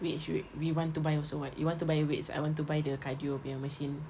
which we we want to buy also [what] you want to buy weights I want to buy the cardio punya machine